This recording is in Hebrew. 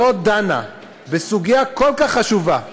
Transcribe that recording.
לא דנה בסוגיה כל כך חשובה,